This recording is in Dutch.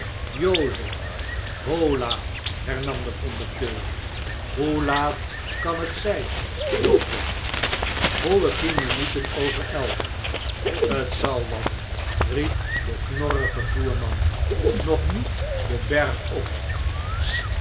jozef hoia hernam de conducteur hoe laat kan t zfln jozef voile tien minuten over elf t zal wat riep de knorrige voerman nog niet den berg op